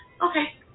okay